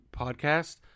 podcast